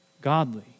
godly